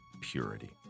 Purity